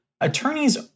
attorneys